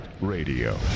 Radio